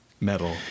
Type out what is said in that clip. Metal